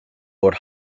lord